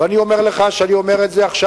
ואני אומר לך שאני אומר את זה עכשיו,